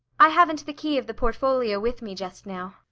i haven't the key of the portfolio with me just now.